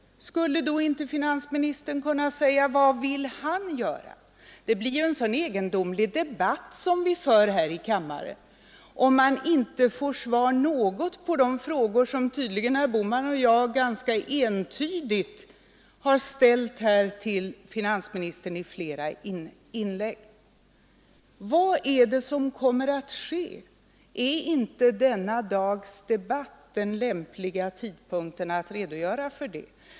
Skulle då inte finansministern kunna säga vad han vill och tänker göra? Det blir ju annars en egendomlig debatt vi för här i kammaren, om man aldrig får något svar på de frågor som herr Bohman och jag ganska entydigt har ställt till finansministern i flera inlägg. Vad är det som kommer att ske? Är inte denna dagens debatt den lämpliga tidpunkten för att redogöra för det.